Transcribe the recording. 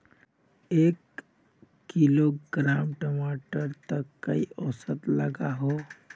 एक किलोग्राम टमाटर त कई औसत लागोहो?